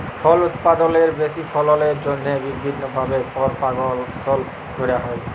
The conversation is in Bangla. ফল উৎপাদলের বেশি ফললের জ্যনহে বিভিল্ল্য ভাবে পরপাগাশল ক্যরা হ্যয়